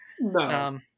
No